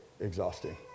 exhausting